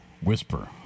Whisper